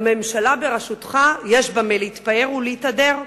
לממשלה בראשותך יש במה להתפאר ולהתהדר.